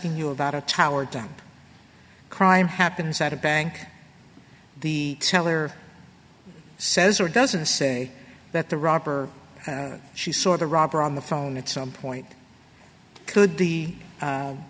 asking you about a tower down crime happens at a bank the seller says or doesn't say that the robber she saw the robber on the phone at some point could the